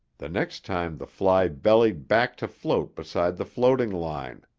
the next time the fly bellied back to float beside the floating line.